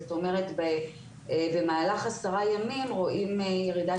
זאת אומרת במהלך עשרה ימים רואים ירידה